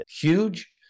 huge